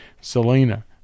Selena